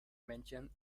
mentioned